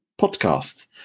podcast